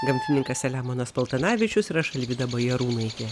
gamtininkas selemonas paltanavičius ir aš alvyda bajarūnaitė